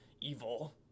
evil